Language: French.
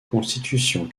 constitution